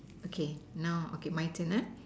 okay now okay my turn ah